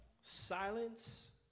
Silence